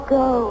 go